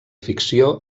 ficció